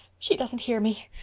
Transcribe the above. she doesn't hear me!